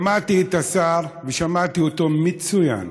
שמעתי את השר, ושמעתי אותו מצוין.